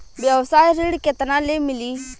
व्यवसाय ऋण केतना ले मिली?